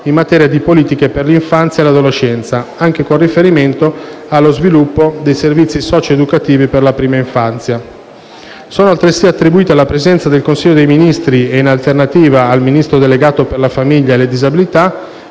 in materia di politiche per l'infanzia e l'adolescenza, anche con riferimento allo sviluppo dei servizi socio-educativi per la prima infanzia. Sono altresì attribuite alla Presidenza del Consiglio dei ministri e, in alternativa, al Ministro delegato per la famiglia e le disabilità